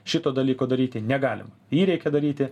šito dalyko daryti negalima jį reikia daryti